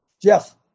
Jeff